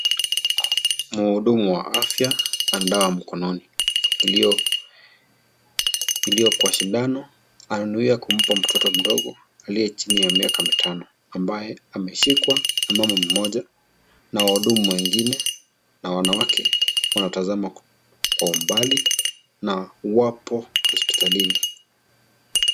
Mhudumu wa afya ana dawa mkononi, iliyo kwa shindano, ananuwia kumpa mtoto mdogo aliye chini ya miaka mitano, ambaye ameshikwa na mama mmoja na wahudumu wengine na wanawake wanatazama kwa umbali na wapo hospitalini.